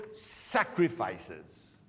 sacrifices